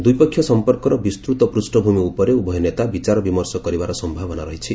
ଦ୍ୱିପକ୍ଷିୟ ସମ୍ପର୍କର ବିସ୍ତୃତ ପୂଷ୍ଠଭୂମି ଉପରେ ଉଭୟ ନେତା ବିଚାର ବିମର୍ଷ କରିବାର ସମ୍ଭାବନା ରହିଛି